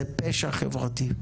זה פשע חברתי.